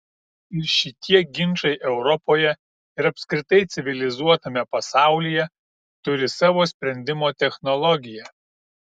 ir šitie ginčai europoje ir apskritai civilizuotame pasaulyje turi savo sprendimo technologiją